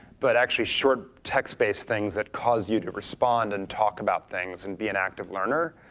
but actually short tech space things that cause you to respond and talk about things and be an active learner,